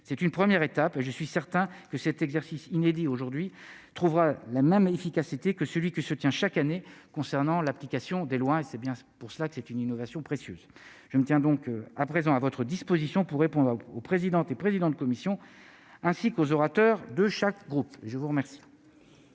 c'est une première étape, je suis certain que cet exercice inédit aujourd'hui trouvera la même efficacité que celui qui se tient chaque année concernant l'application des lois, et c'est bien pour cela que c'est une innovation précieuse, je me tiens donc à présent à votre disposition pour répondre aux présidentes et présidents de commission, ainsi qu'aux orateurs de chaque groupe, je vous remercie.